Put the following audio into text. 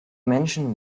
menschen